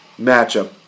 matchup